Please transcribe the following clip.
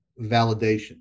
validation